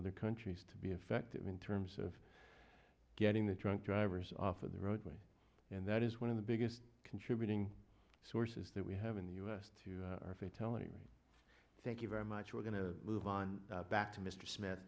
other countries to be effective in terms of getting the drunk drivers off of the roadway and that is one of the biggest contributing sources that we have in the u s to our fate telling me thank you very much we're going to move on back to mr smith